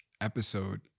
episode